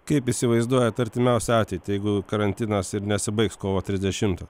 kaip įsivaizduojat artimiausią ateitį jeigu karantinas ir nesibaigs kovo trisdešimtą